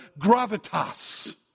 gravitas